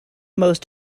most